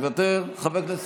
מוותר, חבר הכנסת